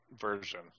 version